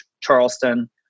Charleston